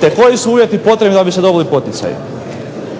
te koji su uvjeti potrebni da bi se dobili poticaji.